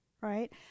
right